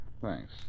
Thanks